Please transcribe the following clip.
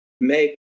make